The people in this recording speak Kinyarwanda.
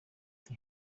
nti